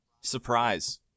Surprise